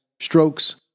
strokes